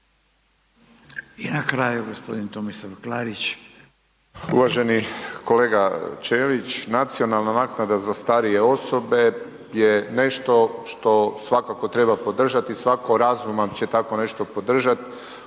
Klarić. **Klarić, Tomislav (HDZ)** Uvaženi kolega Ćelić, nacionalna naknada za starije osobe je nešto što svakako treba podržati i svako razuman će tako nešto podržati